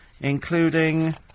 Including